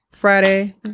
friday